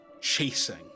Chasing